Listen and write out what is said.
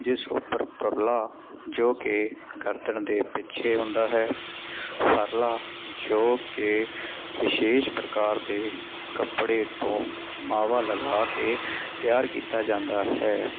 ਜਿਸ ਉੱਪਰ ਤੁਰਲਾ ਜੋ ਕਿ ਗਰਦਨ ਦੇ ਪਿੱਛੇ ਹੁੰਦਾ ਹੈ ਫਰਲਾ ਜੋ ਕਿ ਵਿਸ਼ੇਸ਼ ਪ੍ਰਕਾਰ ਦੇ ਕੱਪੜੇ ਤੋਂ ਮਾਵਾ ਲਗਾ ਕੇ ਤਿਆਰ ਕੀਤਾ ਜਾਂਦਾ ਹੈ